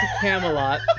Camelot